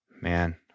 Man